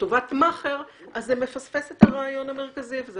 לטובת מאכער אז זה מפספס את הרעיון המרכזי וזה